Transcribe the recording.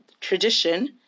tradition